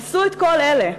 עשו את כל אלה.